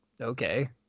okay